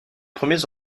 premiers